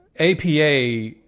APA